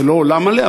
זה לא עולם מלא,